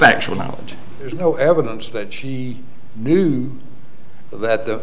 factual knowledge there's no evidence that she knew that the